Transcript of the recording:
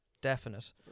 Definite